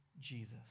Jesus